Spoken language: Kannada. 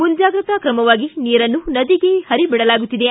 ಮುಂಜಾಗ್ರತಾ ಕ್ರಮವಾಗಿ ನೀರನ್ನು ನದಿಗೆ ಹರಿಬಿಡಲಾಗುತ್ತಿದೆ